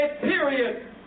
period